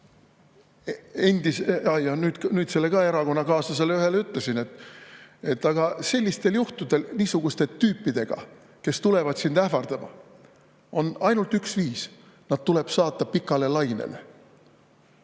ühele erakonnakaaslasele ütlesin, et sellistel juhtudel, niisuguste tüüpide puhul, kes tulevad sind ähvardama, on ainult üks viis: nad tuleb saata pikale lainele.